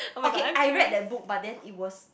okay I read that book but then it was